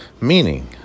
meaning